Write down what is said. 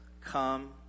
come